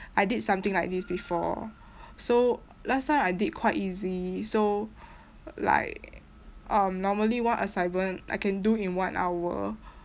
I did something like this before so last time I did quite easy so like um normally one assignment I can do in one hour